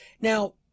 Now